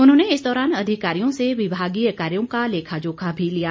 उन्होंने इस दौरान अधिकारियों से विभागीय कार्यों का लेखा जोखा भी लिया